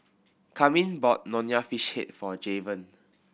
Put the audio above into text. Carmine bought Nonya Fish Head for Javen